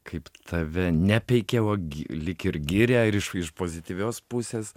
kaip tave nepeikia o gi lyg ir giria ir iš iš pozityvios pusės